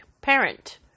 parent